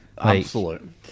Absolute